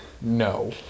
No